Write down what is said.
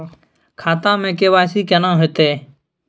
खाता में के.वाई.सी केना होतै?